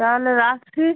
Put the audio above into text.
তাহলে রাখছি